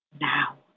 now